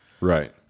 Right